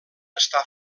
està